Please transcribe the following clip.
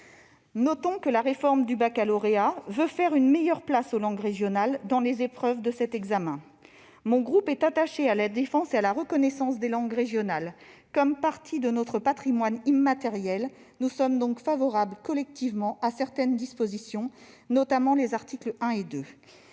Notons que la réforme du baccalauréat veut faire une meilleure place aux langues régionales dans les épreuves de cet examen. Mon groupe est attaché à la défense et à la reconnaissance des langues régionales comme partie de notre patrimoine immatériel. Nous sommes donc favorables, collectivement, à certaines dispositions, notamment aux articles 1 et 2.